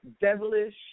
devilish